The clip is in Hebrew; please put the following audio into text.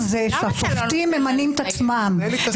ולא היה לי שום תפקיד, לא הייתי אפילו חבר ועדה.